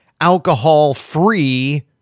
alcohol-free